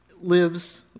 lives